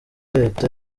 leta